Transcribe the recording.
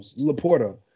LaPorta